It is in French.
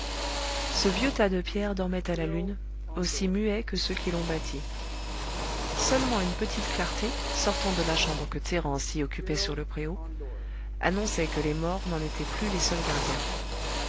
ce vieux tas de pierres dormait à la lune aussi muet que ceux qui l'ont bâti seulement une petite clarté sortant de la chambre que thérence y occupait sur le préau annonçait que les morts n'en étaient plus les seuls gardiens